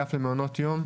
ובאגף למעונות יום,